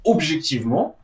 Objectivement